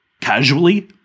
casually